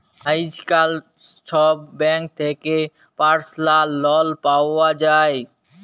আইজকাল ছব ব্যাংক থ্যাকে পার্সলাল লল পাউয়া যায়